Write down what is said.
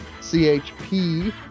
chp